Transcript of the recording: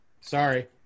Sorry